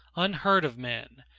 unheard of men,